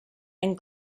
and